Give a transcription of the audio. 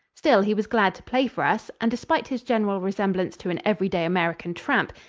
still, he was glad to play for us, and despite his general resemblance to an every-day american tramp,